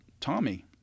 Tommy